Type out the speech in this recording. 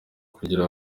kugira